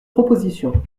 proposition